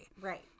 Right